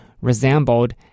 resembled